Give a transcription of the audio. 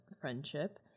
friendship